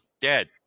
dead